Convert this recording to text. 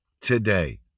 today